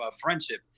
friendship